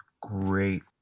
great